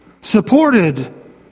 supported